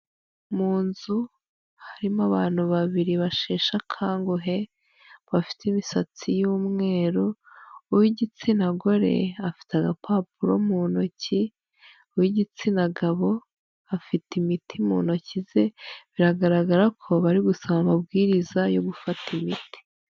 Mu nzu harimo abantu babiri basheshe akanguhe bafite imisatsi y'umweru, uw'igitsina gore afite agapapuro mu ntoki, uw'igitsina gabo afite imiti mu ntoki ze, biragaragara ko bari gusoma amabwiriza yo gufata imiti.